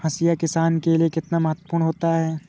हाशिया किसान के लिए कितना महत्वपूर्ण होता है?